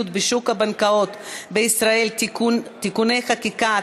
בשוק הבנקאות בישראל (תיקוני חקיקה),